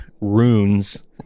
runes